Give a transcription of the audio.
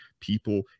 people